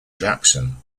jackson